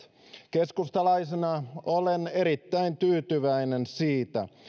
keskustalaisena olen erittäin tyytyväinen siitä